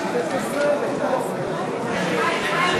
תקציב לסעיף 06 לשנת 2015. בעד ההסתייגויות,